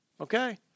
Okay